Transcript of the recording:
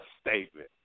statement